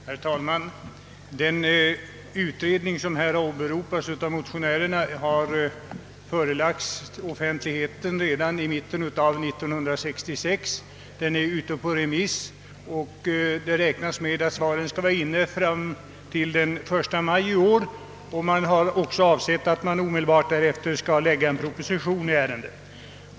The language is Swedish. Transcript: Herr talman! Den utredning som här åberopas av motionärerna har förelagts offentligheten redan i mitten av 1966. Den är ute på remiss och det räknas med att svaren skall vara inne fram till den 1 maj i år. Man har också avsett att man omedelbart därefter skall framlägga en proposition i ärendet.